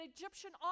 Egyptian